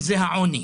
וזה העוני.